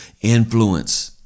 influence